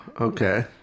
Okay